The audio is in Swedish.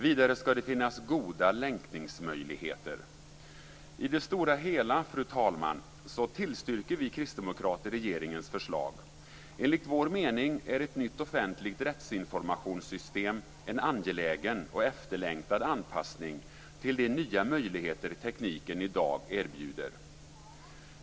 Vidare skall det finnas goda länkningsmöjligheter. Fru talman! I det stora hela tillstyrker vi kristdemokrater regeringens förslag. Enligt vår mening är ett nytt offentligt rättsinformationssystem en angelägen och efterlängtad anpassning till de nya möjligheter tekniken i dag erbjuder.